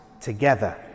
together